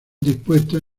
dispuestos